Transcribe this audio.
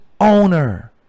owner